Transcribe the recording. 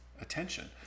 attention